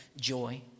joy